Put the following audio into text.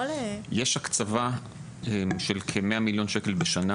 הכול --- יש הקצבה של כ-100 מיליון שקלים בשנה